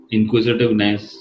Inquisitiveness